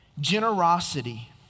Generosity